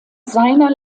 seiner